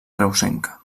reusenca